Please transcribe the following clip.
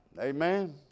Amen